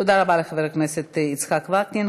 תודה רבה לחבר הכנסת יצחק וקנין.